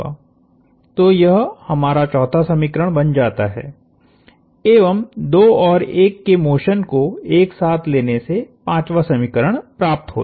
तो यह हमारा चौथा समीकरण बन जाता है एवं 2 और 1 के मोशन को एक साथ लेने से 5 वां समीकरण प्राप्त होता है